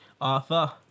Arthur